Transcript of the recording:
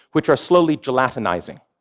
which are slowly gelatinizing.